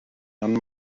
ond